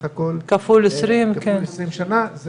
כפול 20 שנה,